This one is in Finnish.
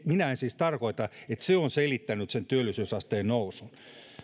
minä en siis tarkoita että se on selittänyt työllisyysasteen nousun